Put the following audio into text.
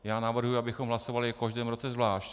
Já navrhuji, abychom hlasovali o každém roce zvlášť.